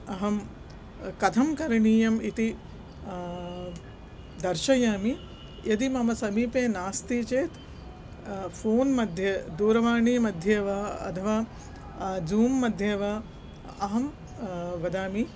अहं कथं करणीयम् इति दर्शयामि यदि मम समीपे नास्ति चेत् फ़ोन् मध्ये दूरवाणीमध्ये वा अथवा जूं मध्ये वा अहं वदामि